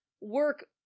work